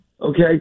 Okay